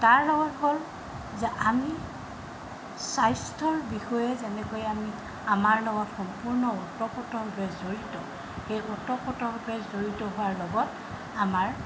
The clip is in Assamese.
তাৰ লগত হ'ল যে আমি স্বাস্থ্যৰ বিষয়ে যেনেকৈ আমি আমাৰ লগত সম্পূৰ্ণ উত পুতভাৱে জড়িত সেই উত পুতভাৱে জড়িত হোৱাৰ লগত আমাৰ